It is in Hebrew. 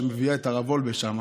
והיא הביאה את הרב וולבה: